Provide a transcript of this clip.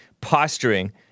posturing